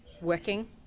working